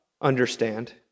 understand